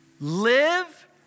live